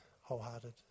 wholehearted